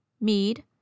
Mead